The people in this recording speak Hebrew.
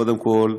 קודם כול,